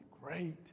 great